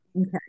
Okay